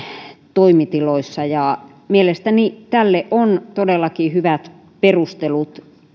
toimitiloissa mielestäni tälle on todellakin hyvät perustelut